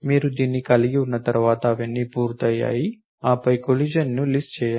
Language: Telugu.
మీరు దీన్ని కలిగి ఉన్న తర్వాత అవన్నీ పూర్తయ్యాయి ఆపై కొలిషన్ని లిస్ట్ చేయండి